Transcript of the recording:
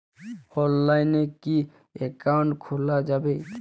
অনলাইনে কি অ্যাকাউন্ট খোলা যাবে?